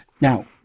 Now